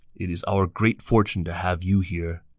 it is our great fortune to have you here.